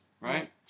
right